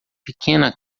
pequena